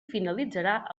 finalitzarà